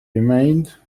remained